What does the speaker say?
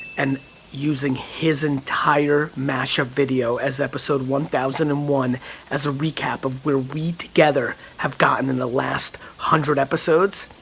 and using his entire mashup video as episode one thousand and one as a recap of where we together have gotten in the last hundred episodes.